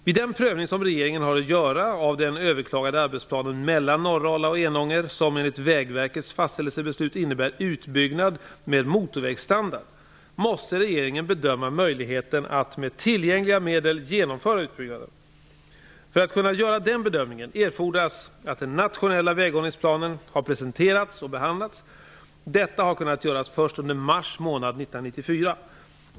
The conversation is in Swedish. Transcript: Vid den prövning som regeringen har att göra av den överklagade arbetsplanen mellan Norrala och Enånger, som enligt Vägverkets fastställelsebeslut innebär utbyggnad med motorvägsstandard, måste regeringen bedöma möjligheten att med tillgängliga medel genomföra utbyggnaden. För att den bedömningen skall kunna göras erfordras att den nationella väghållningsplanen har presenterats och behandlats. Detta har kunnat göras först under mars månad 1994.